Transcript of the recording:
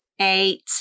Eight